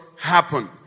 happen